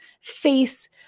face